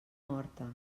morta